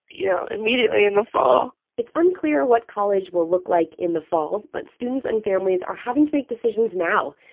you know, immediately in the fall it's unclear what college will look like in the fall, but students and families are having to make decisions now,